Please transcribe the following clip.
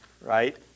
Right